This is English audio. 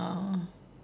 oh